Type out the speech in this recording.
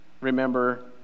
remember